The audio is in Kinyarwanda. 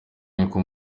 niko